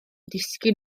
disgyn